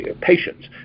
patients